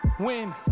Win